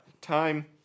time